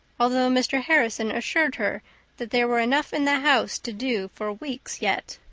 although mr. harrison assured her that there were enough in the house to do for weeks yet.